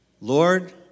Lord